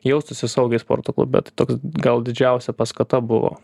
jaustųsi saugiai sporto klube tai toks gal didžiausia paskata buvo